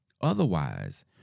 Otherwise